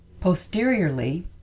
Posteriorly